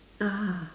ah